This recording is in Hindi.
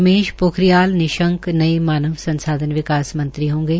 रमेश पोखरियाल निशंक नए मानव संसाधन विकास मंत्री होंगे